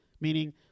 Meaning